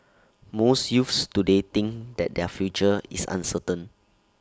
most youths today think that their future is uncertain